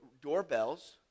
doorbells